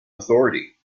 authority